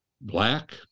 black